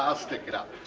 ah stick it up.